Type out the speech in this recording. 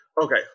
Okay